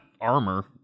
Armor